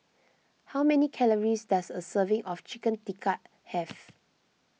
how many calories does a serving of Chicken Tikka have